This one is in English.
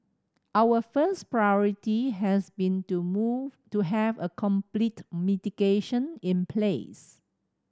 our first priority has been to have a complete mitigation in place